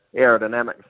aerodynamics